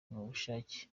ubushake